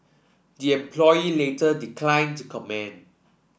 the employee later declined to comment